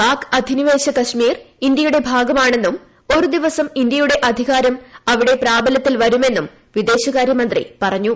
പാക് അധിനിവേശ കശ്മീർ ഇന്ത്യയുടെ ഭാഗമാണെന്നും ഒരു ദിവസം ഇന്ത്യയുടെ അധികാരം അവിട്ടെ പ്ലാബല്യത്തിൽ വരുമെന്നും വിദേശകാര്യമന്ത്രി പറഞ്ഞു